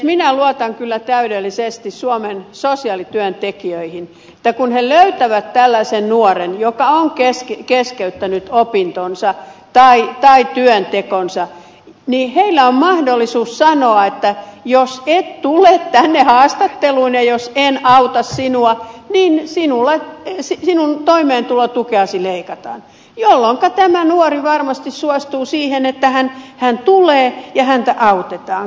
minä luotan kyllä täydellisesti suomen sosiaalityöntekijöihin että kun he löytävät tällaisen nuoren joka on keskeyttänyt opintonsa tai työntekonsa niin heillä on mahdollisuus sanoa että jos et tule tänne haastatteluun ja jos en auta sinua niin sinun toimeentulotukeasi leikataan jolloinka tämä nuori varmasti suostuu siihen että hän tulee ja häntä autetaan